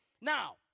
now